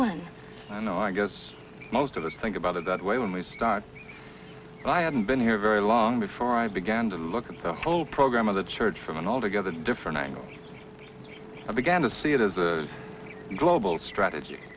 ones i know i guess most of us think about it that way when we start i hadn't been here very long before i began to look at the whole program of the church from an altogether different angle i began to see it as a global strategy